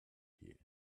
here